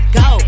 go